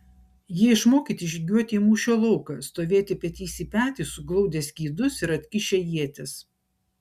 jie išmokyti žygiuoti į mūšio lauką stovėti petys į petį suglaudę skydus ir atkišę ietis